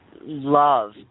love